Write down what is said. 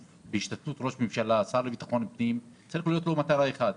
בהשתתפות ראש הממשלה והשר לביטחון הפנים צריכה להיות לו מטרה אחת: